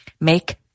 make